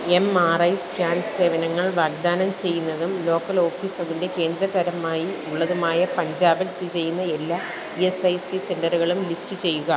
M R I scan സേവനങ്ങൾ വാഗ്ദാനം ചെയ്യുന്നതും ലോക്കൽ ഓഫീസ് അതിൻ്റെ കേന്ദ്ര തരമായി ഉള്ളതുമായ പഞ്ചാബിൽ സ്ഥിതി ചെയ്യുന്ന എല്ലാ ഇ എസ് ഐ സി സെൻററുകളും ലിസ്റ്റ് ചെയ്യുക